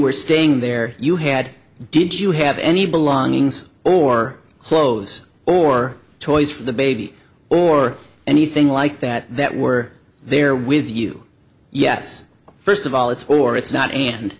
were staying there you had did you have any belongings or clothes or toys for the baby or anything like that that were there with you yes first of all it's or it's not and